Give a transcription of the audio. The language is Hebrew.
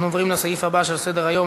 אנחנו עוברים לסעיף הבא שעל סדר-היום,